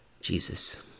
Jesus